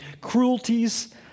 cruelties